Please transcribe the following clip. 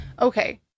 Okay